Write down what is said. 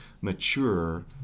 mature